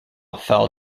fell